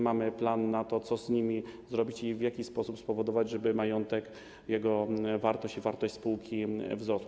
Mamy plan, co z nimi zrobić i w jaki sposób spowodować, żeby majątek, jego wartość i wartość spółki wzrosły.